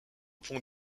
ponts